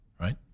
right